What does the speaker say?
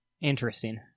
interesting